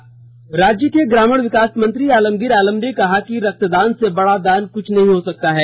आलमगीर आलम राज्य के ग्रामीण विकास मंत्री आलमगीर आलम ने कहा कि रक्तदान से बड़ा दान कुछ नहीं हो सकता है